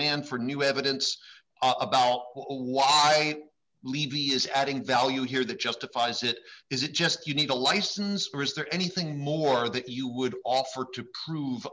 remand for new evidence about why levy is adding value here that justifies it is it just you need a license or is there anything more that you would offer to